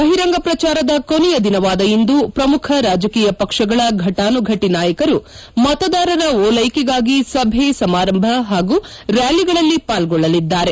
ಬಹಿರಂಗ ಪ್ರಚಾರದ ಕೊನೆಯ ದಿನವಾದ ಇಂದು ಪ್ರಮುಖ ರಾಜಕೀಯ ಪಕ್ಷಗಳ ಫಟಾನುಫಟಿ ನಾಯಕರು ಮತದಾರರ ಓಲ್ಟೆಕೆಗಾಗಿ ಸಭೆ ಸಮಾರಂಭ ಹಾಗೂ ರ್ತಾಲಿಗಳಲ್ಲಿ ಪಾಲ್ಗೊಳ್ಳಲಿದ್ದಾರೆ